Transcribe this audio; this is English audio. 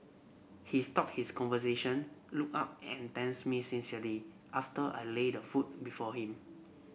he stopped his conversation looked up and thanks me sincerely after I laid the food before him